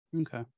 Okay